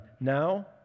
now